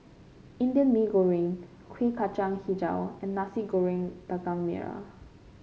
Indian Mee Goreng Kuih Kacang hijau and Nasi Goreng Daging Merah